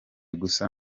gusa